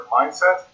mindset